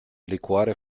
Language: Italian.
liquore